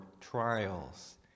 trials